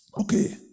Okay